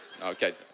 Okay